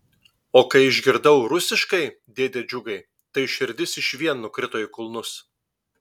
o kai išgirdau rusiškai dėde džiugai tai širdis išvien nukrito į kulnus